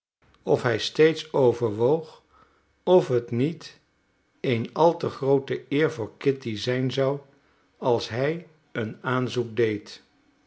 of hij steeds overwoog of het niet een al te groote eer voor kitty zijn zou als hij een aanzoek deed